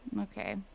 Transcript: okay